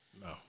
No